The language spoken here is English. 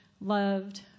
loved